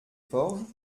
forges